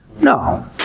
No